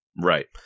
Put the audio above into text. Right